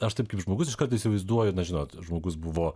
aš taip kaip žmogus iškart įsivaizduoju na žinot žmogus buvo